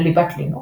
לליבת לינוקס,